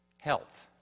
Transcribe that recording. health